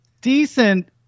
decent